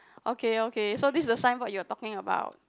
okay okay so this is the signboard you are talking about